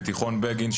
בתיכון בגין,